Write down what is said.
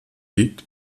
liegt